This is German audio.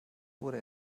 wurde